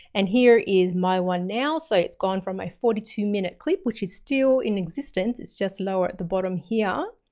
and here is my one now. so it's come from my forty two minute clip, which is still in existence it's just lower at the bottom here.